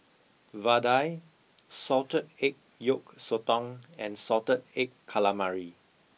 vadai salted egg yolk sotong and salted egg calamari